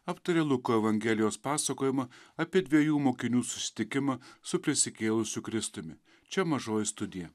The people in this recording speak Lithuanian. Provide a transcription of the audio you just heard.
aptarė luko evangelijos pasakojimą apie dviejų mokinių susitikimą su prisikėlusiu kristumi čia mažoji studija